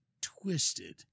twisted